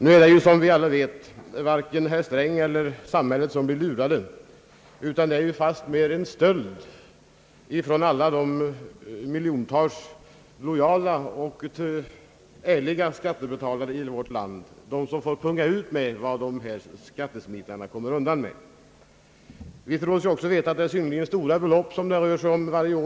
Nu är det ju, som vi alla vet, varken herr Sträng eller samhället som blir lurade, utan det är fastmer en stöld från alla de miljontals lojala och ärliga skattebetalarna i vårt land, från dem som får punga ut med vad skattesmitarna kommer undan med. Vi tror oss också veta att det är synnerligen stora belopp det rör sig om varje år.